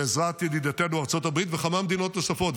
בעזרת ידידתנו ארצות הברית וכמה מדינות נוספות,